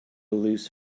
loose